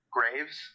graves